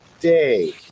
day